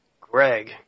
Greg